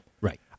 Right